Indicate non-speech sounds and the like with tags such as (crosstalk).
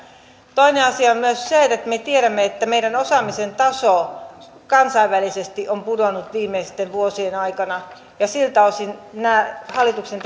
toinen asia on myös se että me tiedämme että meidän osaamisemme taso kansainvälisesti on pudonnut viimeisten vuosien aikana siltä osin nämä hallituksen (unintelligible)